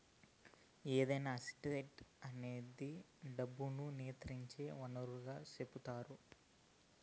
ఏదైనా అసెట్ అనేది డబ్బును నియంత్రించే వనరుగా సెపుతారు